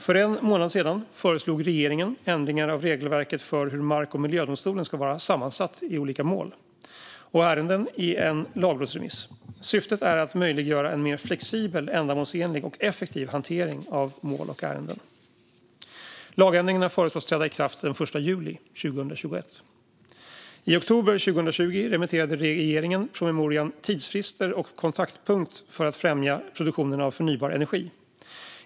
För en månad sedan föreslog regeringen ändringar av regelverket för hur mark och miljödomstolen ska vara sammansatt i olika mål och ärenden i en lagrådsremiss. Syftet är att möjliggöra en mer flexibel, ändamålsenlig och effektiv hantering av mål och ärenden. Lagändringarna föreslås träda i kraft den 1 juli 2021. I oktober 2020 remitterade regeringen promemorian Tidsfrister och kontaktpunkt för att främja produktionen av förnybar energi .